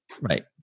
right